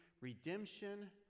redemption